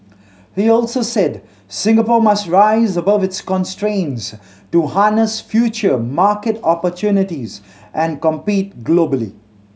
he also said Singapore must rise above its constraints to harness future market opportunities and compete globally